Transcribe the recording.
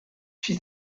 she